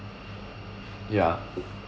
ya